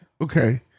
Okay